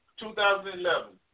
2011